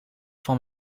van